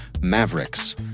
Mavericks